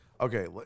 Okay